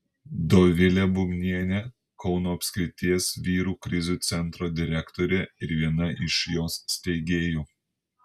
dovilė bubnienė kauno apskrities vyrų krizių centro direktorė ir viena iš jo steigėjų